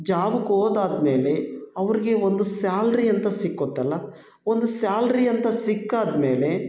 ಜಾಬ್ಗೆ ಹೋದಾದ ಮೇಲೆ ಅವ್ರಿಗೆ ಒಂದು ಸ್ಯಾಲ್ರಿ ಅಂತ ಸಿಕ್ಕುತ್ತಲ್ಲ ಒಂದು ಸ್ಯಾಲ್ರಿ ಅಂತ ಸಿಕ್ಕಾದ ಮೇಲೆ